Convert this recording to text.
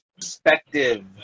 perspective